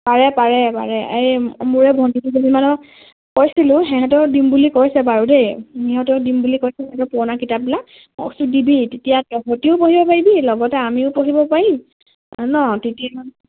পাৰে পাৰে পাৰে এই মোৰে ভণ্টিদুজনী মানক কৈছিলোঁ সিহঁতেও দিম বুলি কৈছে বাৰু দেই সিহঁতেও দিম বুলি কৈছে পুৰণা কিতাপবিলাক মই কৈছোঁ দিবি তেতিয়া তহঁতিও পঢ়িব পাৰিবি লগতে আমিও পঢ়িব পাৰিম ন তেতিয়া